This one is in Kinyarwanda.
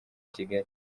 kigali